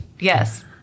yes